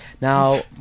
Now